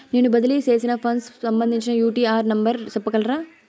నేను బదిలీ సేసిన ఫండ్స్ సంబంధించిన యూ.టీ.ఆర్ నెంబర్ సెప్పగలరా